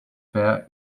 fair